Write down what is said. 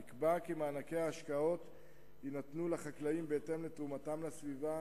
נקבע כי מענקי ההשקעות יינתנו לחקלאים בהתאם לתרומתם לסביבה